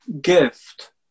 gift